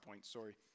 sorry